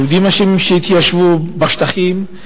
היהודים אשמים שהתיישבו בשטחים,